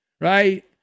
right